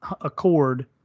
Accord